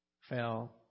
fell